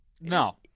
no